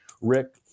Rick